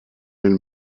den